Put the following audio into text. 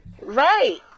Right